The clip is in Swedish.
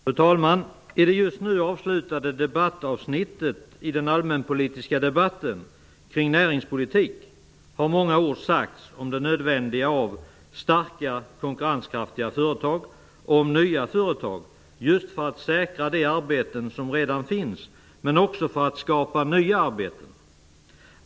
Fru talman! I det just nu avslutade debattavsnittet i den allmänpolitiska debatten kring näringspolitik har många ord sagts om det nödvändiga av starka konkurrenskraftiga företag och om nya företag för att säkra de arbeten som redan finns men också för att skapa nya arbeten.